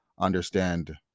understand